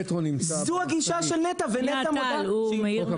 יותר דורסנית.